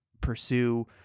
pursue